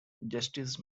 justice